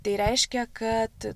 tai reiškia kad